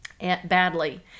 badly